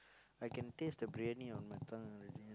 I can taste the briyani on my tongue already